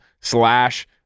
slash